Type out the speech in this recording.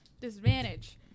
Disadvantage